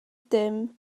dim